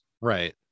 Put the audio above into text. right